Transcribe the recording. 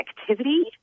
activity